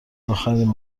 اخرین